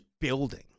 building